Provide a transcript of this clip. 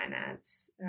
finance